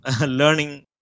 learning